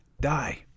die